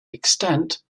extant